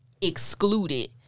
excluded